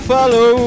Follow